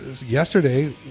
yesterday